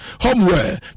homeware